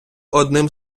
одним